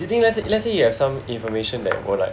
you think let's say you have some information that will like